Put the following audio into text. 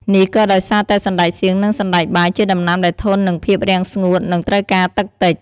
នេះក៏ដោយសារតែសណ្តែកសៀង និងសណ្តែកបាយជាដំណាំដែលធន់នឹងភាពរាំងស្ងួត និងត្រូវការទឹកតិច។